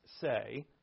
say